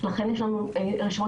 העיקר כששאלתי מה רשימת